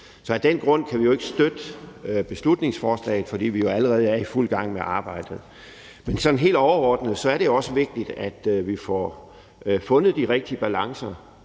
Af den grund kan vi jo ikke støtte beslutningsforslaget, for vi er allerede i fuld gang med arbejdet. Helt overordnet er det også vigtigt, at vi får fundet de rigtige balancer.